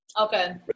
okay